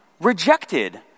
rejected